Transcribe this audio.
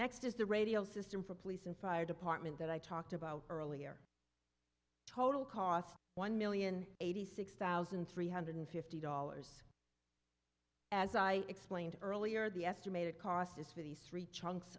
next is the radio system for police and fire department that i talked about earlier total cost one million eighty six thousand three hundred fifty dollars as i explained earlier the estimated cost is for the street chunks